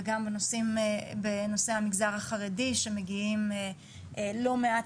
וגם בנושא המגזר החרדי שמגיעים לא מעט